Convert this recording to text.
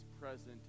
present